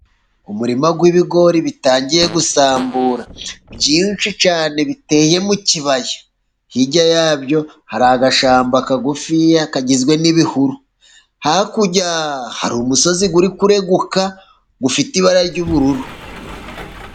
Umurima w'ibigori bitangiye gusambura, byinshi cyane biteye mu kibaya, hirya yabyo hari agashyamba kagufi kagizwe n'ibihuru. Hakurya hari umusozi uri kureguka ufite ibara ry'ubururu.